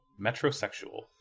Metrosexual